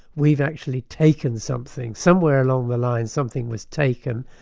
we've actually taken something, somewhere along the line something was taken,